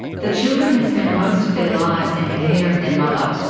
the children had spent most of their lives in the care of their mother.